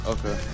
Okay